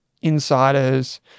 insiders